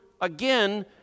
again